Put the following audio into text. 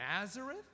Nazareth